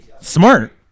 Smart